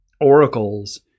oracles